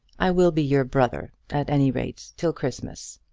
i will be your brother, at any rate till christmas.